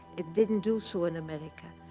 it didn't do so in america.